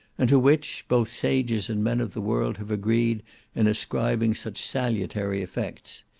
and to which, both sages and men of the world have agreed in ascribing such salutary effects.